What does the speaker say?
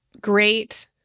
great